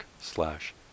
slash